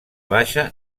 baixa